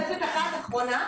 תוספת אחת אחרונה.